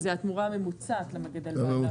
אז זו התמורה הממוצעת של המגדל בענף.